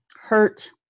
hurt